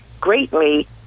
greatly